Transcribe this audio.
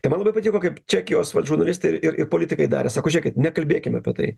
tai man labai patiko kaip čekijos vat žurnalistai ir ir ir politikai darė sako žiūrėkit nekalbėkim apie tai